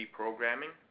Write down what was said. programming